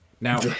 Now